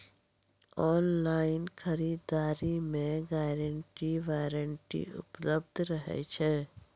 Online खरीद दरी मे गारंटी वारंटी उपलब्ध रहे छै?